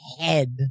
head